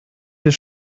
des